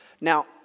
Now